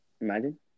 Imagine